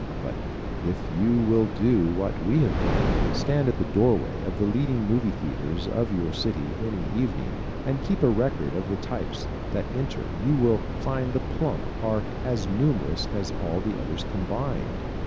but if you will do what we have done stand at the doorway of the leading movie theaters of your city any evening and keep a record of the types that enter you will find the plump are as numerous as all the others combined.